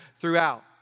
throughout